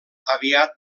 aviat